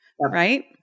right